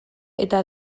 eta